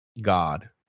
God